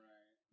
Right